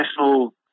national